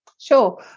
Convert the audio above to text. Sure